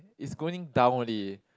it's going down only